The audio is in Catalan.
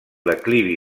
declivi